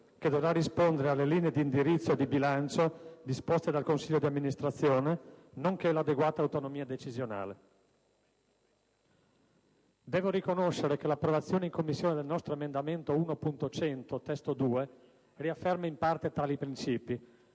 (che dovrà rispondere alle linee di indirizzo e di bilancio disposte dal consiglio di amministrazione) nonché l'adeguata autonomia decisionale. Devo riconoscere che l'approvazione in Commissione del nostro emendamento 1.100 (testo 2) riafferma in parte tali principi,